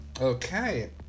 Okay